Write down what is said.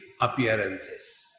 appearances